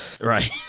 Right